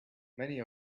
many